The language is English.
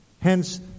Hence